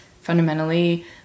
fundamentally